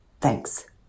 Thanks